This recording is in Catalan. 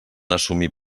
assumir